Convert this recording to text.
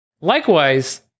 Likewise